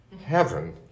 heaven